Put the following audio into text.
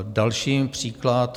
Další příklad.